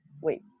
wait